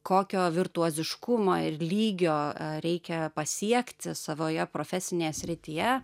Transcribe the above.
kokio virtuoziškumo ir lygio reikia pasiekti savoje profesinėje srityje